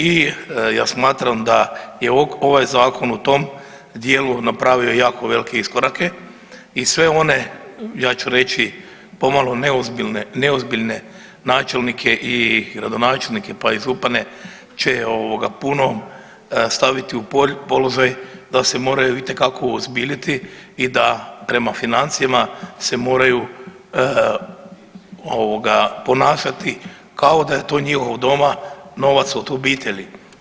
I ja smatram da je ovaj zakon u tom dijelu napravio jako velike iskorake i sve one ja ću reći pomalo neozbiljne načelnike i gradonačelnike pa i župane će puno staviti u položaj da se moraj itekako uozbiljiti i da prema financijama se moraju ponašati kao da je to njihov doma novac od obitelji.